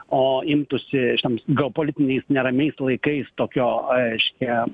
o imtųsi šiems geopolitiniais neramiais laikais tokio reiškia